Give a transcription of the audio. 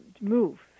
move